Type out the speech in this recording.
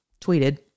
tweeted